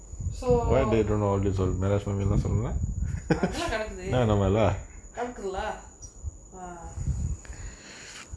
so அதுலா கெடக்குது கெடக்குது:athula kedakuthu kedakuthu lah ah